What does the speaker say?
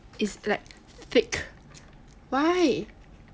it's like thick why